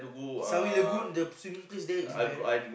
Sunway Lagoon the swimming place there is very